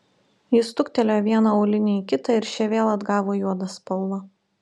jis stuktelėjo vieną aulinį į kitą ir šie vėl atgavo juodą spalvą